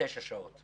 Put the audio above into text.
תשע שעות.